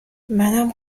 منم